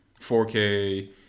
4K